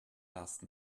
last